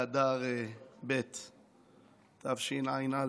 באדר ב' התשע"א,